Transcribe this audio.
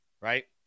right